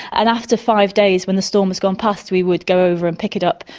and after five days when the storm has gone past we would go over and pick it up,